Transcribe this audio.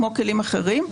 כמו כלים אחרים,